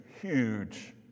huge